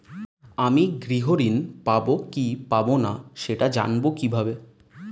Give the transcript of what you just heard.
আমি গৃহ ঋণ পাবো কি পাবো না সেটা জানবো কিভাবে?